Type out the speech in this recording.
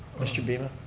mr. beeman.